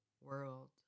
world